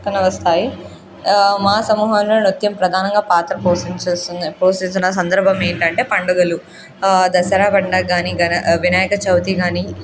కనిపిస్తాయి మా సమూహంలో నృత్యం ప్రధానంగా పాత్ర పోషించేస్తుంది పోషించిన సందర్భం ఏంటంటే పండుగలు దసరా పండుగ కాని గణ వినాయక చవితి కాని